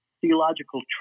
theological